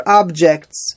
objects